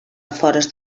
afores